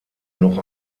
noch